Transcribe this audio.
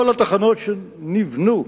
כל התחנות שנבנו,